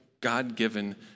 God-given